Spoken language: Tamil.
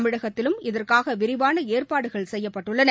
தமிழகத்திலும் இதற்காக விரிவான ஏற்பாடுகள் செய்யப்பட்டுள்ளன